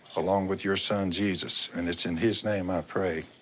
along with your son jesus. and it's in his name i pray.